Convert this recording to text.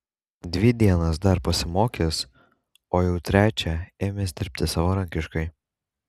dvi dienas dar pasimokęs o jau trečią ėmęs dirbti savarankiškai